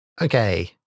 Okay